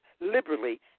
liberally